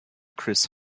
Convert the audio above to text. chris